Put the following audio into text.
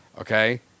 Okay